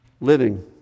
living